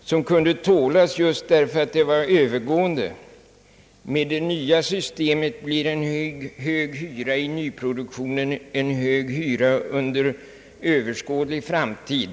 som kunde tålas just därför att det var övergående, medan med det nya systemet en hög hyra i nyproduktionen blir en hög hyra under överskådlig framtid.